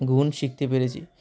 গুণ শিখতে পেরেছি